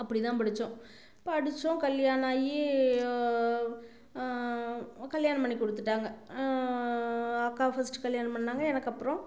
அப்படிதான் படித்தோம் படித்தோம் கல்யாணம் ஆகி கல்யாணம் பண்ணி கொடுத்துட்டாங்க அக்கா ஃபர்ஸ்ட் கல்யாணம் பண்ணாங்க எனக்கப்புறம்